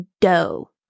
dough